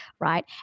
right